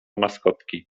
maskotki